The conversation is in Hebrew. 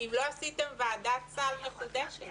אם לא עשיתם ועדת סל מחודשת?